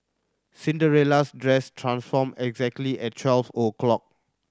Cinderella's dress transformed exactly at twelve o'clock